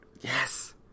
Yes